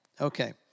Okay